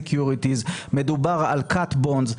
מדובר על cut bonds,